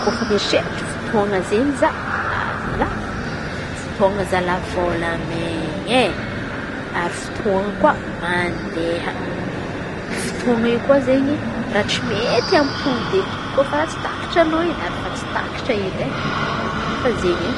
Kôfa mieritreritry fotôan̈a izen̈y za a zalahy, fotôana zalahy volamen̈a e ary fotôa io koa mande. Fotôan̈a io koa izen̈y raha tsy mety ampody eky kô fa raha tsy takatrin̈a in̈y raha tsy takatra edy e efa izen̈y e!